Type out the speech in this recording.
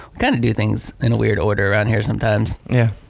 kind of do things in a weird order around here sometimes. yeah.